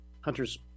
Hunter's